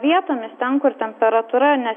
vietomis ten kur temperatūra ne